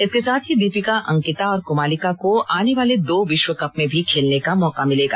इसके साथ ही दीपिका अंकिता और कोमालिका को आने वाले दो विश्व कप में भी खेलने का मौका मिलेगा